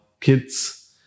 kids